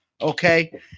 Okay